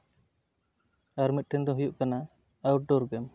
ᱟᱨ ᱢᱮᱫᱴᱮᱱ ᱫ ᱦᱩᱭᱩᱜ ᱟᱱᱟ ᱟᱣᱩᱴᱰᱳᱨ ᱜᱮᱢ